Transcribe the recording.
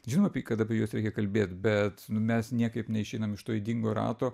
žinoma ka kad apie juos reikia kalbėt bet mes niekaip neišeinam iš to ydingo rato